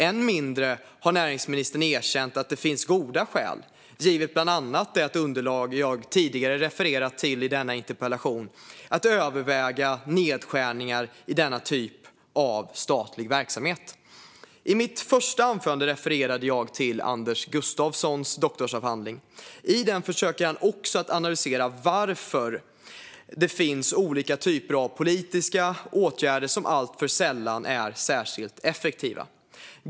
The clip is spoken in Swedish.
Än mindre har näringsministern erkänt att det finns goda skäl, givet bland annat det underlag jag tidigare refererade till i denna interpellationsdebatt, att överväga nedskärningar i denna typ av statlig verksamhet. I mitt första anförande refererade jag till Anders Gustafssons doktorsavhandling. I den försöker han analysera varför det finns olika typer av politiska åtgärder som alltför sällan är särskilt effektiva.